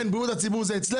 כן, בריאות הציבור זה אצלך.